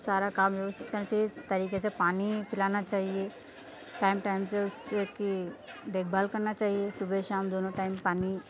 सारा काम व्यवस्थित होना चाहिए तरीके से पानी पिलाना चाहिए टाइम टाइम से उसकी देखभाल करना चाहिए सुबह शाम दोनों टाइम पानी